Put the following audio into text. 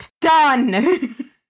done